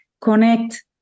connect